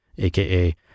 AKA